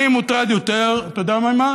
אני מוטרד יותר, אתה יודע ממה?